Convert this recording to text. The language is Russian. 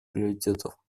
приоритетов